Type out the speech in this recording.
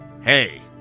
Hey